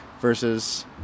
versus